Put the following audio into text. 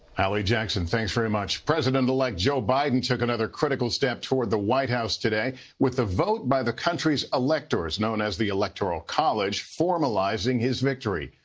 hallie jackson, thanks very much president-elect joe biden took another critical step toward the white house today with the vote by the country's electors known as the electoral college formalizing his victory.